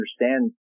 understand